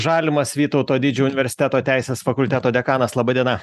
žalimas vytauto didžiojo universiteto teisės fakulteto dekanas laba diena